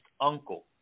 uncle